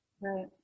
right